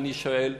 אני שואל,